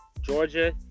Georgia